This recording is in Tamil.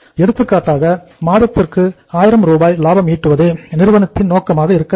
எடுத்துக்காட்டாக மாதத்திற்கு ஆயிரம் ரூபாய் லாபம் ஈட்டுவதே நிறுவனத்தின் நோக்கமாக இருக்க வேண்டும்